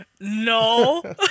no